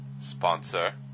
Sponsor